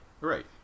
right